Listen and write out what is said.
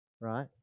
right